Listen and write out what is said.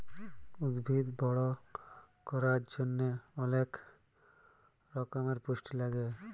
উদ্ভিদ বড় ক্যরার জন্হে অলেক রক্যমের পুষ্টি লাগে